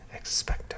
Expecto